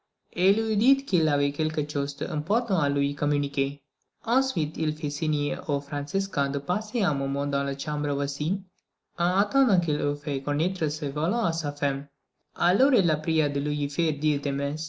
et lui dit qu'il avait quelque chose d'important à lui communiquer ensuite il fit signe au franciscain de passer un moment dans la chambre voisine en attendant qu'il eut fait connaître ses volontés à sa femme alors il la pria de lui